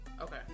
Okay